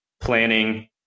planning